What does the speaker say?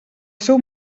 seu